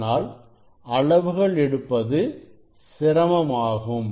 அதனால் அளவுகள் எடுப்பது சிரமமாகும்